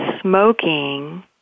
smoking